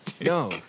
no